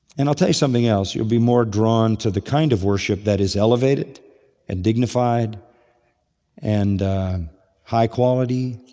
and i'll tell you something else. you'll be more drawn to the kind of worship that is elevated and dignified and high quality